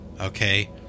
okay